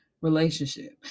relationship